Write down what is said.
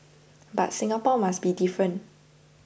but Singapore must be different